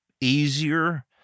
easier